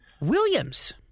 Williams